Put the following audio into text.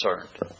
concerned